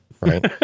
right